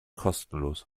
kostenlos